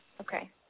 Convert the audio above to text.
Okay